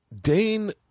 Dane